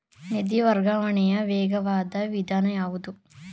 ನಿಧಿ ವರ್ಗಾವಣೆಯ ವೇಗವಾದ ವಿಧಾನ ಯಾವುದು?